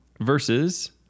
versus